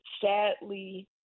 sadly